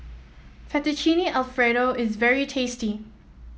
Fettuccine Alfredo is very tasty